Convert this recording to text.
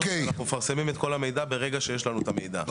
אנחנו מפרסמים את כל המידע ברגע שיש לנו את המידע.